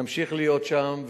נמשיך להיות שם,